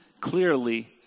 clearly